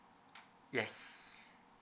yes